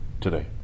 today